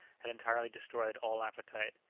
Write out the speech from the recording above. had entirely destroyed all appetite.